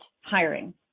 hiring